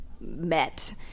met